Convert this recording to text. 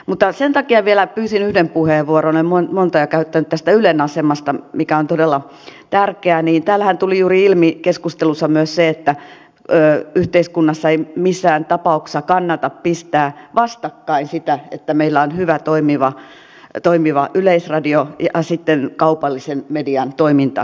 mutta sen takia vielä pyysin yhden puheenvuoron olen monta jo käyttänyt tästä ylen asemasta mikä on todella tärkeä että täällähän tuli juuri ilmi keskustelussa myös se että yhteiskunnassa ei missään tapauksessa kannata pistää vastakkain sitä että meillä on hyvä toimiva yleisradio ja sitten kaupallisen median toimintaedellytyksiä